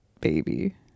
baby